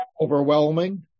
Overwhelming